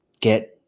get